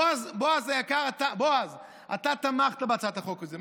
בועז היקר, אתה תמכת בהצעת החוק הזאת.